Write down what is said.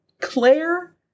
Claire